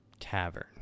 tavern